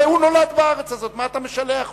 הרי הוא נולד בארץ הזאת, מה אתה משלח אותו?